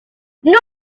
nunca